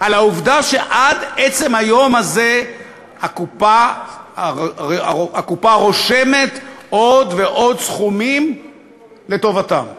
על העובדה שעד עצם היום הזה הקופה רושמת עוד ועוד סכומים לטובתם,